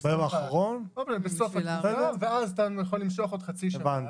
בסוף התקופה ואז אתה יכול למשוך עוד חצי שנה,